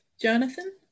Jonathan